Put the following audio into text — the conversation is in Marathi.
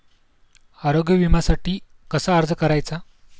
आरोग्य विम्यासाठी कसा अर्ज करायचा?